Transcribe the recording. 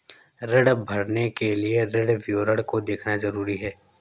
ऋण भरने के लिए ऋण विवरण को देखना ज़रूरी है